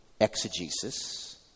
exegesis